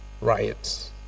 riots